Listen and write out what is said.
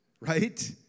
Right